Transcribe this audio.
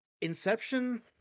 Inception